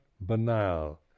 banal